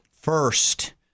First